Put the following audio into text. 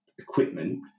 equipment